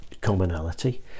commonality